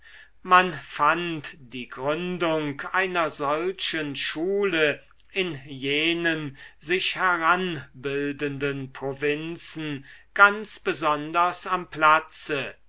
man fand die gründung einer solchen schule in jenen sich heranbildenden provinzen ganz besonders am platze